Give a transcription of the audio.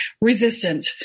resistant